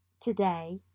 today